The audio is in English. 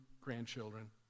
grandchildren